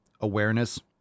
awareness